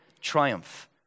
triumph